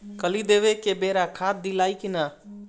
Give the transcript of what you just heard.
कली देवे के बेरा खाद डालाई कि न?